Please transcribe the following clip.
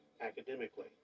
academically